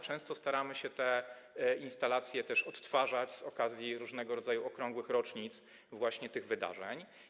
Często staramy się te instalacje odtwarzać z okazji różnego rodzaju okrągłych rocznic dotyczących tych wydarzeń.